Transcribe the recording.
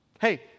Hey